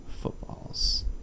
footballs